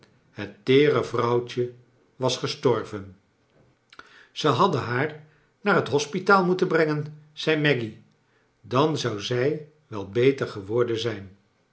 het teere vrouwtje was gestorven ze hadden haar naar het hospitaal moeteii brengen zei maggy dan zou zij wel beter geworden zijn